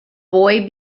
boy